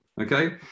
Okay